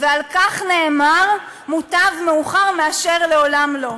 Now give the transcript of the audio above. ועל כך נאמר: מוטב מאוחר מאשר לעולם לא.